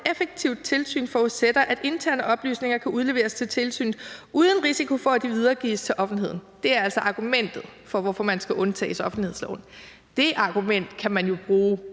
effektivt tilsyn forudsætter, at interne oplysninger kan udleveres til tilsynet uden risiko for, at de videregives til offentligheden. Det er altså argumentet for, hvorfor man skal undtages fra offentlighedsloven. Det argument kan man jo bruge